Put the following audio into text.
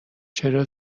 چرا